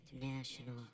International